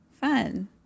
Fun